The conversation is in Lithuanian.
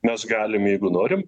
mes galim jeigu norim